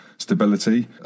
stability